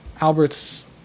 Albert's